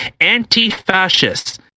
anti-fascists